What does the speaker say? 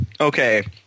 Okay